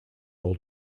all